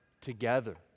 together